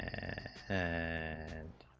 and and